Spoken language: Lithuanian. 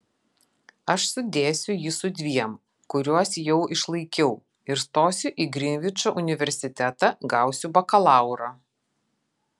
aš sudėsiu jį su dviem kuriuos jau išlaikiau ir stosiu į grinvičo universitetą gausiu bakalaurą